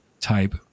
type